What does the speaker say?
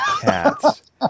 cats